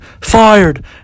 fired